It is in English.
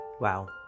Wow